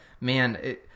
man